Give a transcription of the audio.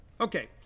Okay